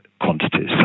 quantities